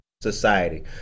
society